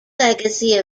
legacy